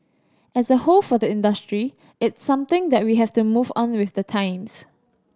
as a whole for the industry it's something that we have to move on with the times